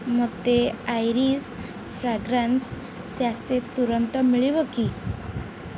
ମୋତେ ଆଇରିଶ ତୁରନ୍ତ ମିଳିବ କି